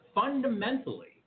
fundamentally